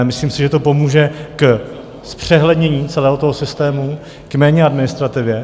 Myslím si, že to pomůže k zpřehlednění celého toho systému, také k méně administrativě.